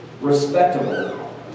respectable